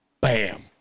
Bam